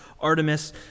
Artemis